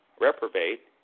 reprobate